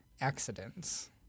accidents